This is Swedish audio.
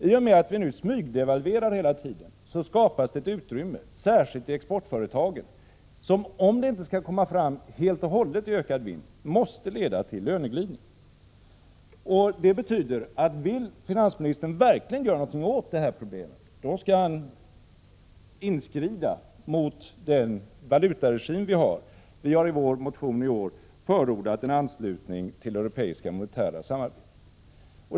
I och med att vi nu smygdevalverar hela tiden skapas ett utrymme, särskilt i exportföretagen, som — om det inte skall komma fram helt och hållet i ökad vinst — måste leda till löneglidning. Det betyder att om finansministern verkligen vill göra någonting åt det här problemet, skall han inskrida mot den valutaregim vi har. I vår motion i år har vi förordat en anslutning till det europeiska monetära samarbetet.